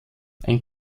ein